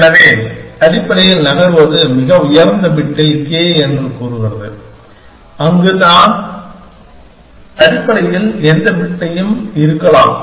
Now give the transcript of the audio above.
எனவே அடிப்படையில் நகர்வது மிக உயர்ந்த பிட்டில் K என்று கூறுகிறது அங்கு நான் அடிப்படையில் எந்த பிட்டையும் இருக்கலாம்